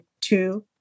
two